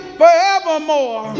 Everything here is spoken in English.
forevermore